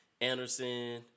Anderson